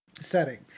setting